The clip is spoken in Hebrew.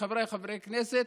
וחבריי חברי הכנסת,